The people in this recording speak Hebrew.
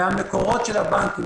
מהמקורות של הבנקים,